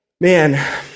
man